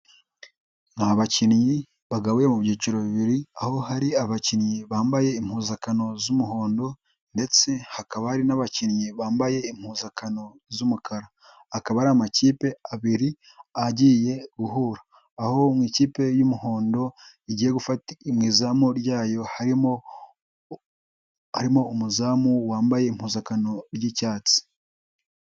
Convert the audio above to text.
Nta bakinnyi bagabuye mu byiciro bibiri, aho hari abakinnyi bambaye impuzankano z'umuhondo ndetse hakaba hari n'abakinnyi bambaye impuzankano z'umukara. Akaba ari amakipe abiri agiye guhura. Aho mu ikipe y'umuhondo igiye mu izamu ryayo harimo barimo umuzamu wambaye impuzankano ry'icyatsi.